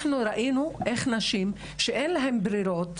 אנחנו ראינו איך נשים שאין להן ברירות,